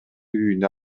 үйүнө